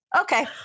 Okay